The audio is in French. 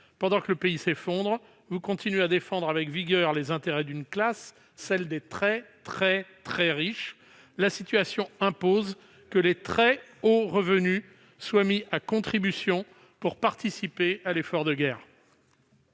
Pendant que le pays s'effondre, vous continuez à défendre avec vigueur les intérêts d'une classe, celle des très très très riches. La situation impose que les très hauts revenus soient mis à contribution pour participer à l'effort de guerre.